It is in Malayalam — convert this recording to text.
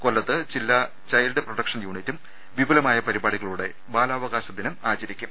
കൊല്ലത്ത് ജില്ലാ ചൈൽഡ് പ്രൊട്ടക്ഷൻ യൂണിറ്റും വിപുലമായ പരിപാടികളോടെ ബാലാവകാശ ദിനം ആചരിക്കും